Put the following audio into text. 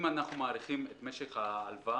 אם אנחנו מאריכים את משך ההלוואה,